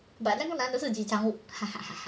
but 那个男的是 kim soo-hyun ha ha ha